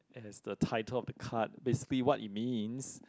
and is the title of the card basically what it means